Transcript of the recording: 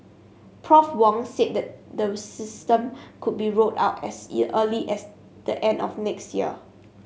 Prof Wong said the the system could be rolled out as early as the end of next year